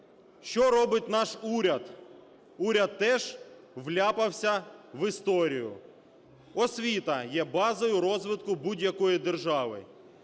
Що робить наш уряд. Уряд теж вляпався в історію. Освіта є базою розвитку будь-якої держави.